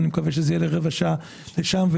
אני מקווה שזה יהיה רבע שעה שם,